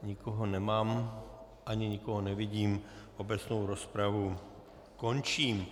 Nikoho nemám ani nikoho nevidím, obecnou rozpravu končím.